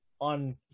on